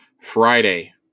Friday